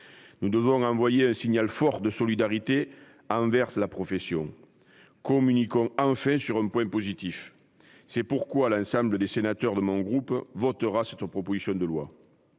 Nous devons envoyer un signal fort de solidarité envers la profession et communiquer enfin sur un point positif. C'est la raison pour laquelle l'ensemble des sénateurs de mon groupe voteront cette proposition de loi.